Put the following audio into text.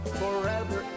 forever